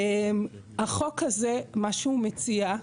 החוק הזה מה שהוא מציע,